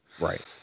Right